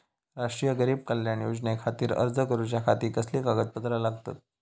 राष्ट्रीय गरीब कल्याण योजनेखातीर अर्ज करूच्या खाती कसली कागदपत्रा लागतत?